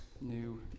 new